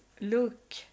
look